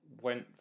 went